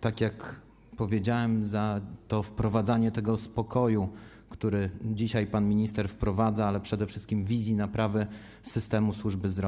tak jak powiedziałem, za wprowadzanie spokoju, który dzisiaj pan minister wprowadza, ale przede wszystkim - wizji naprawy systemu służby zdrowia.